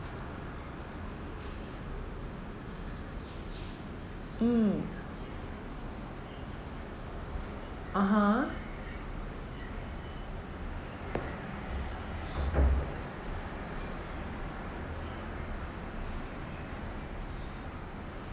mm (uh huh)